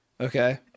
Okay